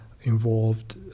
involved